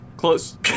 Close